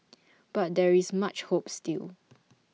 but there is much hope still